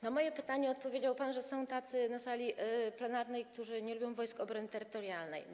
Na moje pytanie odpowiedział pan, że są tacy na sali plenarnej, którzy nie lubią Wojsk Obrony Terytorialnej.